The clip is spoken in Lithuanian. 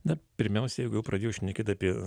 na pirmiausia jeigu jau pradėjo šnekėt apie